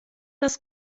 das